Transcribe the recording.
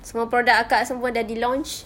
semua product akak semua jadi launch